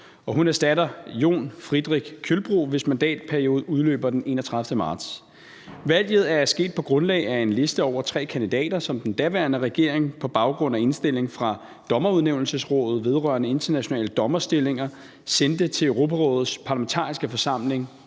hun erstatter Jon Fridrik Kjølbro, hvis mandatperiode udløber den 31. marts. Valget er sket på grundlag af en liste over tre kandidater, som den daværende regering på baggrund af indstilling fra Dommerudnævnelsesrådet vedrørende internationale dommerstillinger sendte til Europarådets Parlamentariske Forsamling